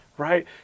right